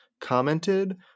commented